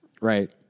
Right